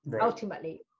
Ultimately